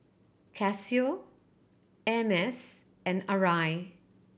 Casio Hermes and Arai